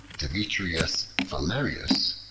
demetrius phalereus,